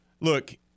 Look